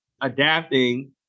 adapting